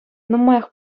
нумаях